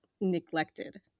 neglected